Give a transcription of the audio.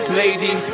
lady